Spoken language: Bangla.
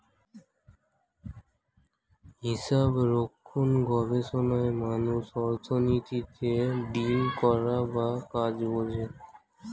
হিসাবরক্ষণ গবেষণায় মানুষ অর্থনীতিতে ডিল করা বা কাজ বোঝে